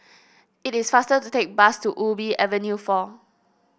it is faster to take bus to Ubi Avenue four